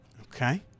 Okay